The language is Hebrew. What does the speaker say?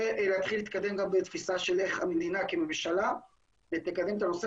ולהתחיל להתקדם גם בתפיסה של איך המדינה כממשלה תקדם את הנושא